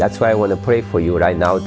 that's why i want to pray for you right now